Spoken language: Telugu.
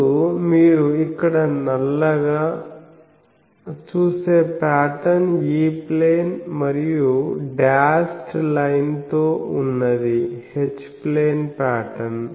అప్పుడు మీరు ఇక్కడ నల్లగా చూసే ప్యాటర్న్ E ప్లేన్ మరియు డాష్డ్ లైన్ తో వున్నది H ప్లేన్ ప్యాటర్న్